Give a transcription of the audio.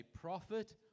prophet